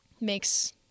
makes